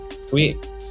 sweet